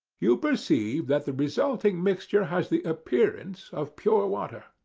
you perceive that the resulting mixture has the appearance of pure water.